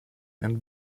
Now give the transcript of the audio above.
and